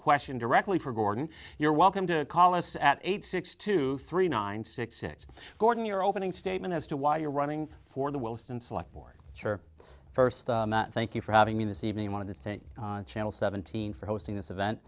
question directly for gordon you're welcome to call us at eight six to three nine six six gordon your opening statement as to why you're running for the west and select for sure first thank you for having me this evening wanted to channel seventeen for hosting this event